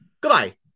Goodbye